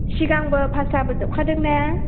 सिगांबो फास जाबो जोबखादों ना